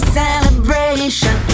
celebration